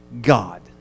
God